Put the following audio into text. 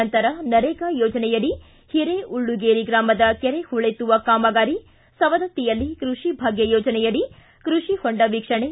ನಂತರ ನರೆಗಾ ಯೋಜನೆಯಡಿ ಹಿರೇ ಉಳ್ಳುಗೇರಿ ಗ್ರಾಮದ ಕೆರೆ ಹೂಳೆತ್ತುವ ಕಾಮಗಾರಿ ಸವದತ್ತಿಯಲ್ಲಿ ಕ್ರಷಿಭಾಗ್ಯ ಯೋಜನೆಯಡಿ ಕೃಷಿಹೊಂಡ ವೀಕ್ಷಣೆ